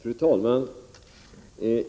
Fru talman!